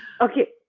Okay